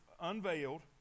unveiled